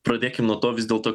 pradėkim nuo to vis dėlto